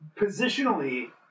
Positionally